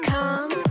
Come